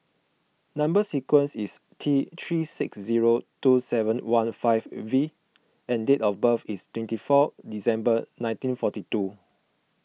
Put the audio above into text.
Number Sequence is T three six zero two seven one five V and date of birth is twenty four December nineteen forty two